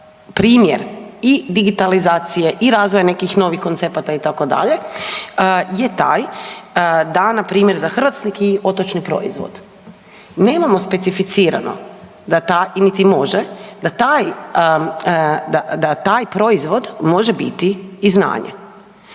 primjer i digitalizacije i razvoja nekih novih koncepata, itd., je taj da npr. za Hrvatski otočni proizvod nemamo specificirano da taj, i niti može, da taj proizvod može biti i znanje